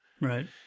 Right